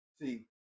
See